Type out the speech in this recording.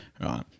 right